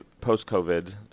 post-covid